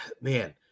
man